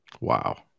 Wow